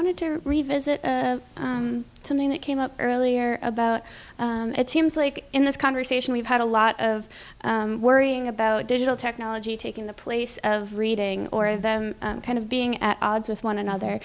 wanted to revisit something that came up earlier about it seems like in this conversation we've had a lot of worrying about digital technology taking the place of reading or that kind of being at odds with one another